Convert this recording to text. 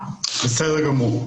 בסדר גמור.